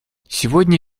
сегодня